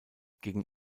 gegen